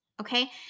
Okay